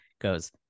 goes